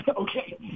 Okay